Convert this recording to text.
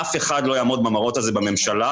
אף אחד לא יעמוד במראות האלה בממשלה,